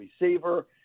receiver